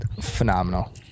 phenomenal